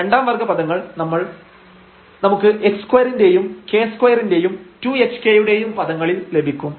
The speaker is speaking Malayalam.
രണ്ടാം വർഗ്ഗ പദങ്ങൾ നമുക്ക് h2 ന്റെയും k2 ന്റെയും 2hk യുടെയും പദങ്ങളിൽ ലഭിക്കും